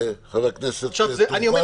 אני אומר,